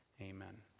Amen